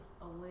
away